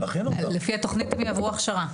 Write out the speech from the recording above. לפי התכנית הן יעברו הכשרה,